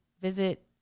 visit